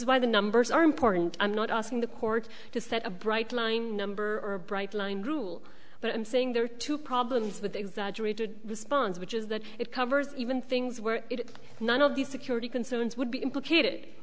is why the numbers are important i'm not asking the court to set a bright line number or a bright line rule but i'm saying there are two problems with exaggerated response which is that it covers even things were none of the security concerns would be implicated